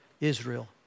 Israel